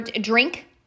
Drink